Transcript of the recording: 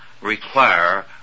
require